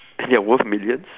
and they're worth millions